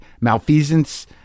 malfeasance